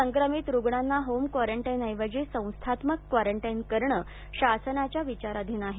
संक्रमित रुग्णांना home quarantine ऐवजी संस्थात्मक क्वॉरंटाईन करण शासनाच्या विचाराधीन आहे